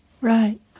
right